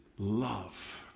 Love